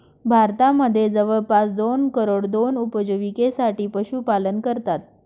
भारतामध्ये जवळपास दोन करोड लोक उपजिविकेसाठी पशुपालन करतात